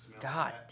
God